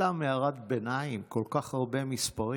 סתם הערת ביניים: כל כך הרבה מספרים,